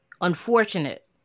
unfortunate